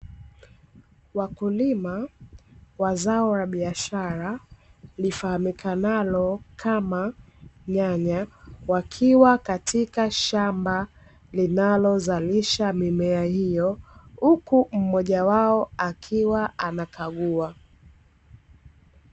Wakulima wa zao la biashara lifahamikanalo kama nyanya, wakiwa katika shamba linalo zalisha mimea hiyo, huku mmoja wao akiwa anakagua.